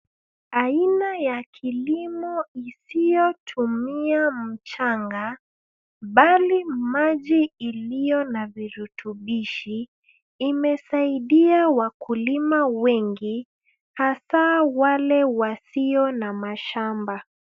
Aina ya kilimo isiyotumia mchanga, bali maji iliyo na virutubishi, imesaidia wakulima wengi hasa wale wasio na mashamba.